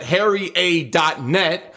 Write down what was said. HarryA.net